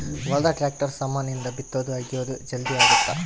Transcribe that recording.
ಹೊಲದ ಟ್ರಾಕ್ಟರ್ ಸಾಮಾನ್ ಇಂದ ಬಿತ್ತೊದು ಅಗಿಯೋದು ಜಲ್ದೀ ಅಗುತ್ತ